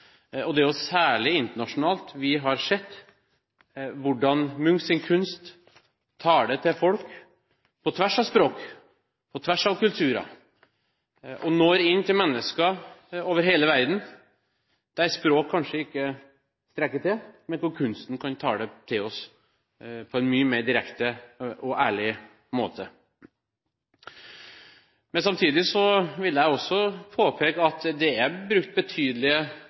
Og det er jo særlig internasjonalt vi har sett hvordan Munchs kunst taler til folk – på tvers av språk, på tvers av kulturer – og når inn til mennesker over hele verden, der språk kanskje ikke strekker til, men hvor kunsten kan tale til oss på en mye mer direkte og ærlig måte. Samtidig vil jeg påpeke at det er brukt betydelige